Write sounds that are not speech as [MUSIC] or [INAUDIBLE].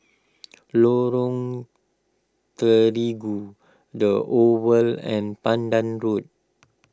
[NOISE] Lorong Terigu the Oval and Pandan Road